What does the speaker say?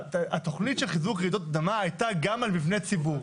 התכנית של חיזוק רעידות אדמה הייתה גם על מבני ציבור.